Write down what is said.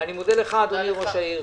אני מודה לך אדוני ראש העיר,